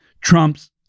Trump's